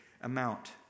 amount